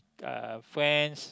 uh friends